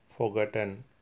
forgotten